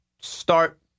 start